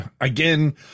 Again